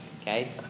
Okay